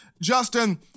Justin